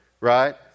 Right